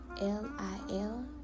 L-I-L